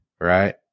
Right